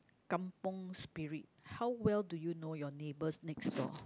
kampung spirit how well do you know your neighbours next door